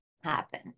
happen